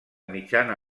mitjana